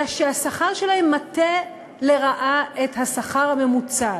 אלא שהשכר שלהם מטה לרעה את השכר הממוצע.